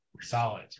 Solid